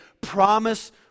promise